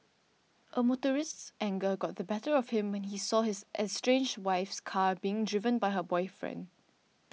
a motorist's anger got the better of him when he saw his estranged wife's car being driven by her boyfriend